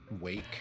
wake